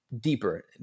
deeper